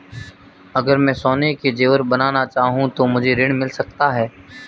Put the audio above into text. अगर मैं सोने के ज़ेवर बनाना चाहूं तो मुझे ऋण मिल सकता है?